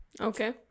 okay